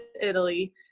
Italy